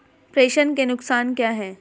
प्रेषण के नुकसान क्या हैं?